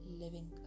living